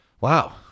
wow